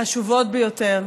החשובות ביותר,